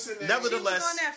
Nevertheless